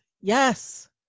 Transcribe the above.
Yes